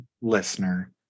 listener